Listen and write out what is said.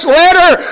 letter